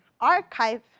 archive